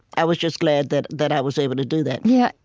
i was just glad that that i was able to do that yeah,